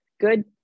good